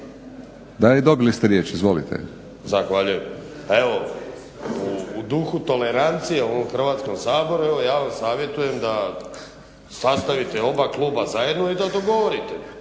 **Vinković, Zoran (HDSSB)** Zahvaljujem. Pa evo u duhu tolerancije u ovom Hrvatskom saboru evo ja vam savjetujem da sastavite oba kluba zajedno i da dogovorite.